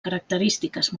característiques